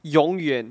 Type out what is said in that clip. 永远